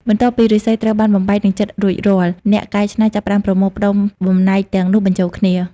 បន្ទាប់ពីឫស្សីត្រូវបានបំបែក និងចិតរួចរាល់ អ្នកកែច្នៃចាប់ផ្ដើមប្រមូលផ្ដុំបំណែកទាំងនោះបញ្ចូលគ្នា។